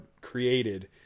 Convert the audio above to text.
created